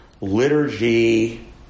liturgy